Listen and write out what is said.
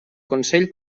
consell